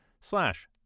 slash